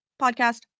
podcast